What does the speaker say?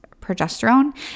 progesterone